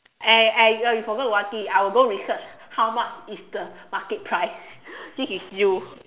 and and you ya you forgot about it I will go and research how much is the market price this is you